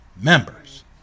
members